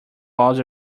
walls